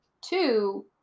Two